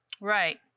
Right